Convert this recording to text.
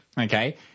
Okay